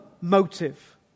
motive